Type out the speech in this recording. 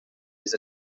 his